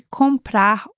comprar